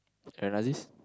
Aaron Aziz